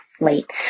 late